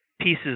pieces